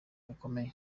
gakomeye